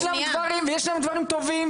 יש שם דברים ויש שם דברים טובים,